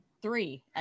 Three